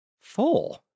four